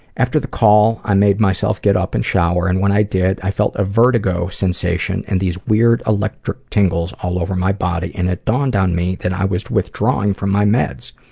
after the call, i made myself get up and shower and when i did, i felt a vertigo sensation and these weird electric tingles all over my body and it dawned on me that i was withdrawing from my meds.